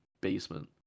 basement